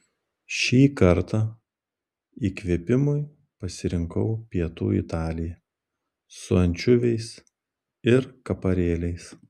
šį kartą įkvėpimui pasirinkau pietų italiją su ančiuviais ir kaparėliais